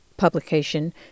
publication